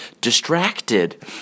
distracted